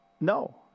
No